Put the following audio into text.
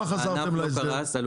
הענף לא קרס.